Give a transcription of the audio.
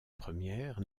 première